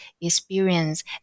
experience